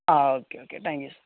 ആ okay okay thank you